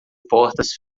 portas